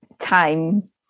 time